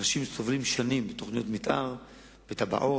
אנשים סובלים שנים בשל תוכניות מיתאר, תב"עות,